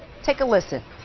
take a listen.